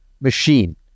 machine